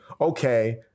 okay